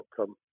outcome